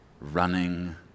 running